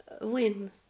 win